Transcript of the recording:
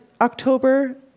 October